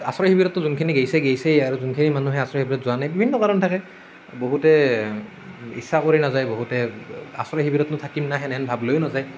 আশ্ৰয় শিবিৰততো যোনখিনি গৈছে গৈছেই যোনখিনি মানুহে আশ্ৰয় শিবিৰত যোৱা নাই বিভিন্ন কাৰণ থাকে বহুতে ইচ্ছা কৰি নাযায় বহুতে আশ্ৰয় শিবিৰতনো থাকিম নে সেনেহেন ভাব লৈয়ো নাযায়